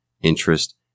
interest